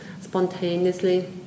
spontaneously